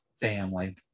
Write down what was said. family